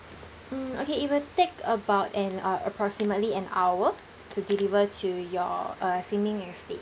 mm okay it will take about an uh approximately an hour to deliver to your uh sin ming estate